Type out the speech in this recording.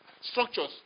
structures